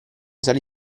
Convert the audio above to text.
salì